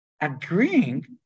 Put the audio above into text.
Agreeing